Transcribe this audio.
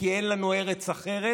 כי אין לנו ארץ אחרת,